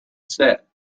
said